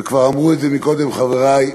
וכבר אמרו את זה קודם חברי,